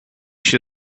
się